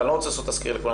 אבל אני לא רוצה תסקיר לכולם,